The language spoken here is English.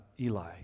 Eli